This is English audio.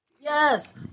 Yes